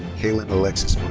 kaitlyn alexis